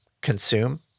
consume